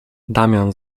damian